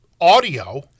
audio